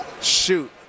shoot